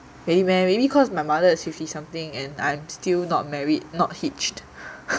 really meh maybe cause my mother is fifty something and I'm still not married not hitched